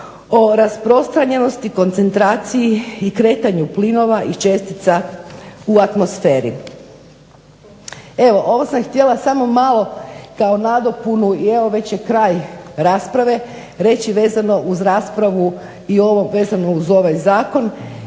o rasprostranjenosti, koncentraciji i kretanju plinova i čestica u atmosferi. Evo ovo sam htjela samo malo kao nadopunu i evo već je kraj rasprave, reći vezano uz raspravu i vezano uz ovaj zakon.